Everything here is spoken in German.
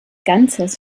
ganzes